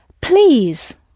please